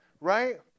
right